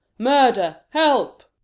murther! help!